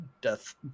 death